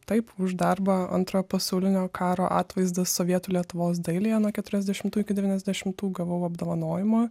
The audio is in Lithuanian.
taip už darbą antrojo pasaulinio karo atvaizdas sovietų lietuvos dailėje nuo keturiasdešimtųjų iki devyniasdešimtųjų gavau apdovanojimą